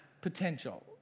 potential